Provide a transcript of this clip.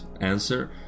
answer